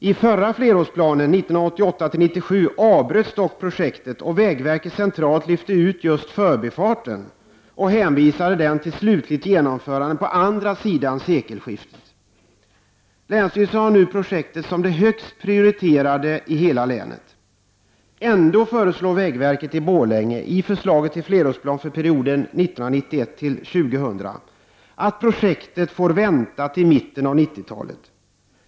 I förra flerårsplanen 1988-1997 avbröts dock projektet, och vägverk t centralt lyfte ut just förbifarten samt hänvisade den till slutligt genomförande på andra sidan sekelskiftet. Länsstyrelsen har nu projektet som det högst prioriterade i hela länet. Ändå föreslår vägverket i Borlänge, i förslaget till flerårsplan för perioden 1991—2000, att projektet får vänta till mitten av 1990-talet.